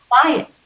quiet